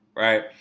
Right